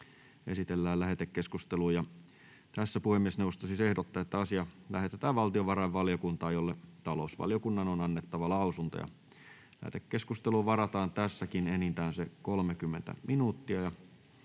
esitellään päiväjärjestyksen 9. asia. Puhemiesneuvosto ehdottaa, että asia lähetetään valtiovarainvaliokuntaan, jolle talousvaliokunnan on annettava lausunto. Lähetekeskusteluun varataan enintään 30 minuuttia.